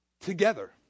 together